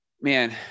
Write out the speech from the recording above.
man